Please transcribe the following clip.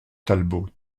talbot